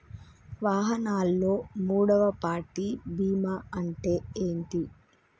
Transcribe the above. వాహనాల్లో మూడవ పార్టీ బీమా అంటే ఏంటి?